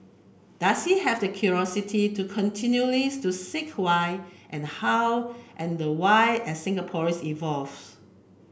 does he have the curiosity to continually to seek why and how and why as Singapore evolves